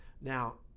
Now